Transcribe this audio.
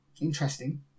interesting